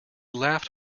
laughed